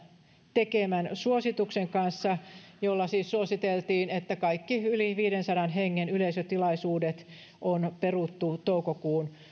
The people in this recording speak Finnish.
tekemän suosituksen kanssa jolla siis suositeltiin että kaikki yli viidensadan hengen yleisötilaisuudet on peruttu toukokuun